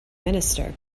minister